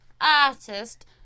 artist